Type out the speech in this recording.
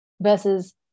versus